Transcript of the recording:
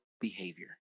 behavior